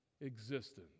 existence